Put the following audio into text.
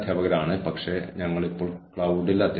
നിങ്ങൾക്ക് ബിസിനസ് സവിശേഷതകൾ റോൾ വിവരങ്ങൾ എന്നിവയുണ്ട്